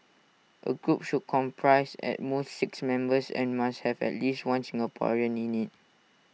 A group should comprise at most six members and must have at least one Singaporean in IT